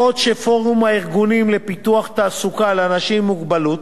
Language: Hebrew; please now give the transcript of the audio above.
בעוד שפורום הארגונים לפיתוח תעסוקה לאנשים עם מוגבלות